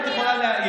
את יכולה להעליב.